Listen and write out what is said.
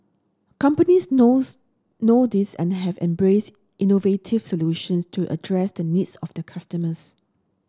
companies knows know this and have embraced innovative solutions to address the needs of the customers